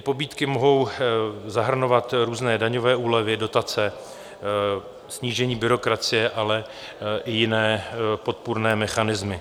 Pobídky mohou zahrnovat různé daňové úlevy, dotace, snížení byrokracie, ale i jiné podpůrné mechanismy.